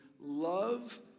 love